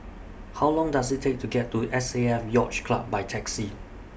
How Long Does IT Take to get to S A F Yacht Club By Taxi